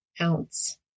ounce